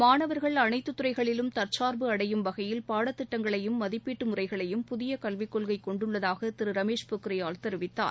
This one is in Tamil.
மாணவர்கள் அனைத்துத் துறைகளிலும் தர்சார்பு அடையும் வகையில் பாடத்திட்டங்களையும் மதிப்பீட்டு முறைகளையும் புதிய கல்விக் கொள்கைக் கொண்டுள்ளதாக திரு ரமேஷ் பொக்ரியால் தெரிவித்தார்